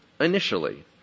initially